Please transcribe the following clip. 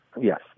Yes